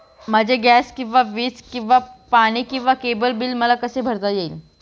माझे गॅस किंवा वीज किंवा पाणी किंवा केबल बिल मला कसे भरता येईल?